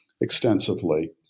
extensively